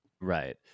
Right